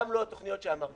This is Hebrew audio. גם לא התוכניות שאמרתם.